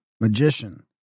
magician